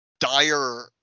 dire